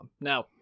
now